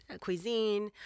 cuisine